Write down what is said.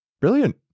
brilliant